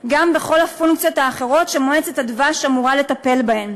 גם בכל הפונקציות האחרות שמועצת הדבש אמורה לטפל בהן.